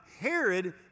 Herod